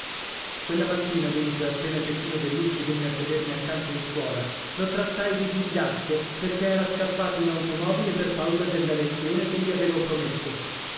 quella mattina dunque appena cecchino bellucci venne a sedermi accanto in scuola lo trattai di vigliacco perché era scappato in automobile per paura della lezione che gli avevo promesso